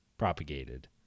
propagated